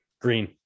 Green